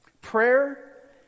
prayer